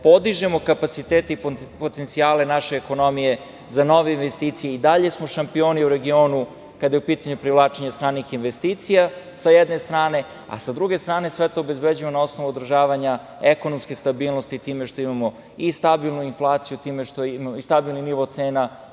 podižemo kapacitete i potencijale naše ekonomije za nove investicije i dalje smo šampioni u regionu kada je u pitanju privlačenje stranih investicija, sa jedne strane, a sa druge strane sve to obezbeđuju na osnovu održavanja ekonomske stabilnosti time što imamo i stabilnu inflaciju i stabilni nivo cena,